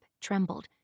trembled